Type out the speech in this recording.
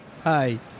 Hi